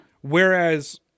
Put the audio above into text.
Whereas